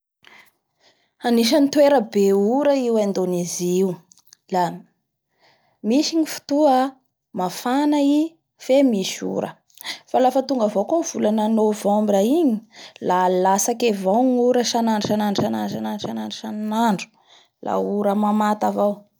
Anisan'ny toera be ora io Indonizie io la misy ny fotoa mafana i fe misy ora. Fa lafa tonga avao koa ny volan novembre igny la latsaky avao ny ora isanandro-isanandro-isanandro-isanandro la ora mamata avao.